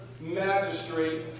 Magistrate